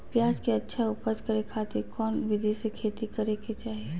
प्याज के अच्छा उपज करे खातिर कौन विधि से खेती करे के चाही?